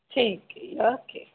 ਠੀਕ ਹੈ ਜੀ ਓਕੇ